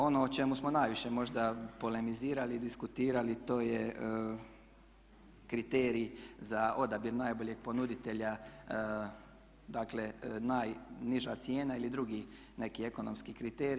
Ono o čemu smo najviše možda polemizirali, diskutirali to je kriterij za odabir najboljeg ponuditelja, dakle najniža cijena ili drugi neki ekonomski kriterij.